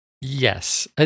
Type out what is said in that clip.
Yes